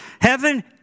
Heaven